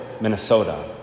Minnesota